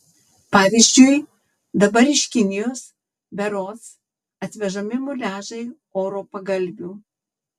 pavyzdžiui dabar iš kinijos berods atvežami muliažai oro pagalvių